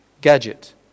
gadget